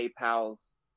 PayPal's